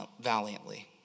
valiantly